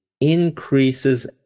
increases